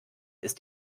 ist